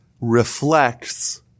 reflects